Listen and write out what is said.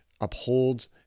upholds